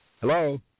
Hello